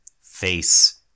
face